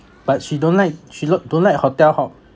but she don't like she look don't like hotel hop